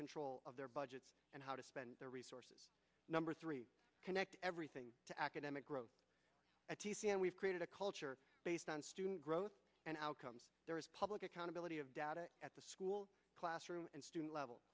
control of their budgets and how to spend their resources number three connect everything to academic growth at d c and we've created a culture based on student growth and how come there is public accountability of data at the school classroom and student level